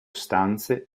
stanze